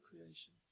creation